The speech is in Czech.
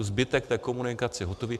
Zbytek té komunikace je hotový.